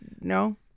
no